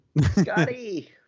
Scotty